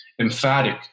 emphatic